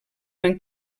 van